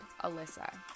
Alyssa